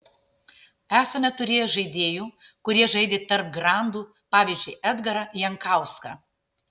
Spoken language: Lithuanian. esame turėję žaidėjų kurie žaidė tarp grandų pavyzdžiui edgarą jankauską